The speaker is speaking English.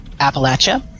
Appalachia